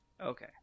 Okay